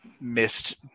Missed